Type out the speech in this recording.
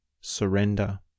surrender